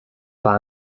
pas